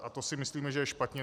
A to si myslíme, že je špatně.